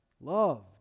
Love